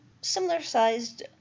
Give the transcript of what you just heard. similar-sized